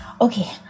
Okay